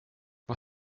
vad